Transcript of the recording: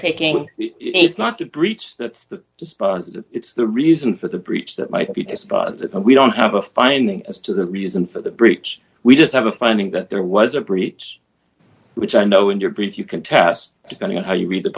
taking it's not to breach the sponsor that it's the reason for the breach that might be dispositive we don't have a finding as to the reason for the breach we just have a finding that there was a breach which i know in your brief you can test depending on how you read the